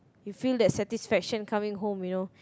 you feel that satisfaction coming home you know